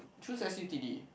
choose s_u_t_d